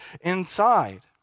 inside